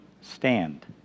stand